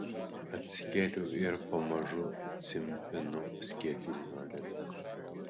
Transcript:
atsikeliu ir pamažu cimpinu skiedryno link